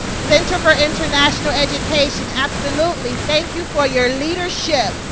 center for international education absolutely. thank you for your leadership.